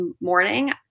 morning